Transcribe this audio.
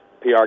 PR